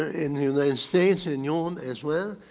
ah in the united states in your as well.